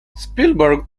spielberg